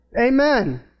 Amen